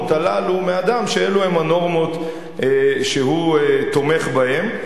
בנורמות הללו מאדם שאלו הן הנורמות שהוא תומך בהן.